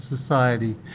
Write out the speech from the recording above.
Society